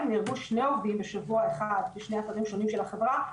נהרגו שני עובדים בשבוע אחד בשני אתרים שונים של החברה.